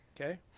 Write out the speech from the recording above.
Okay